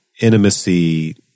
intimacy